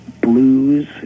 blues